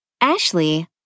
Ashley